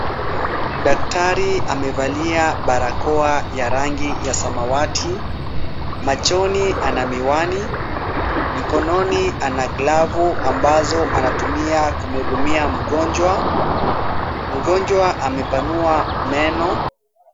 Daktari amevalia barakoa ya rangi ya samawati. Machoni ana miwani. Mikononi ana glavu ambazo anatumia kumhudumia mgonjwa. Mgonjwa amepanua meno.